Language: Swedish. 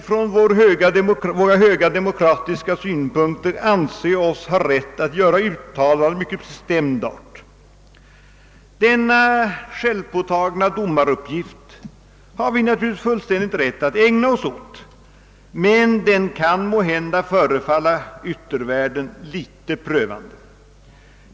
Från våra höga demokratiska synpunkter anser vi oss ha rätt att göra uttalanden av mycket bestämd art. Denna självpåtag na domaruppgift har vi naturligtvis fullständigt rätt att ägna oss åt, men den kan måhända förefalla yttervärlden litet prövande.